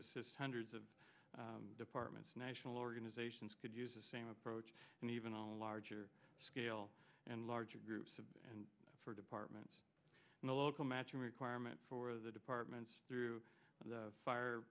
assist hundreds of departments national organizations could use the same approach and even a larger scale and larger groups and for departments in the local matching requirement for the departments through the fire